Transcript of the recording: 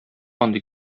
андый